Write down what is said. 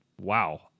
Wow